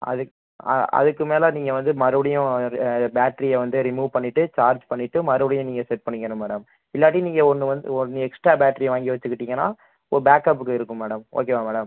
அதுக்கு அதுக்கு மேலே நீங்கள் வந்து மறுபடியும் பேட்டரிய வந்து ரிமூவ் பண்ணிவிட்டு சார்ஜ் பண்ணிவிட்டு மறுபடியும் நீங்கள் செட் பண்ணிக்கணும் மேடம் இல்லாட்டி நீங்கள் ஒன்று வந்து ஒன்று எக்ஸ்ட்ரா பேட்டரிய வாங்கி வெச்சிக்கிட்டிங்கனா ஒரு பேக்கப்புக்கு இருக்கும் மேடம் ஓகேவா மேடம்